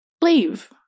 Leave